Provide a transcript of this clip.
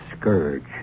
scourge